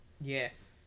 Yes